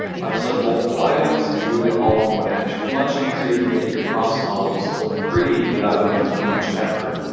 i select multiple items and move it all in one action. much easier to make your cross-models look pretty without going to too much effort.